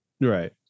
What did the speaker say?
Right